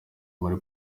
muri